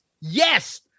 Yes